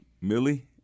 Millie